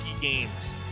games